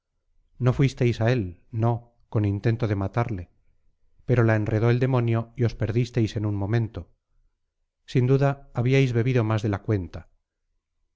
no fuisteis a él no con intento de matarle pero la enredó el demonio y os perdisteis en un momento sin duda habíais bebido más de la cuenta